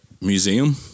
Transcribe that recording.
museum